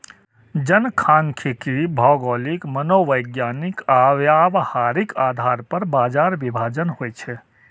जनखांख्यिकी भौगोलिक, मनोवैज्ञानिक आ व्यावहारिक आधार पर बाजार विभाजन होइ छै